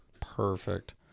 Perfect